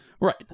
Right